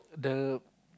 the